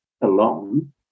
alone